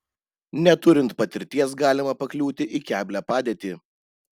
neturint patirties galima pakliūti į keblią padėtį